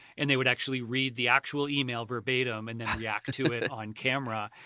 and they would actually read the actual email verbatim, and then react to it on camera.